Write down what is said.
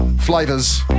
flavors